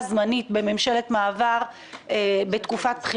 זה לא נראה לי פיקוח נפש לאשר את הדבר הזה כרגע.